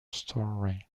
story